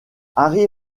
harry